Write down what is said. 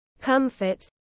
comfort